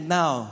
now